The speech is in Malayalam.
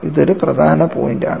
ഇതൊരു പ്രധാന പോയിന്റാണ്